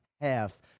half